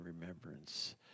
remembrance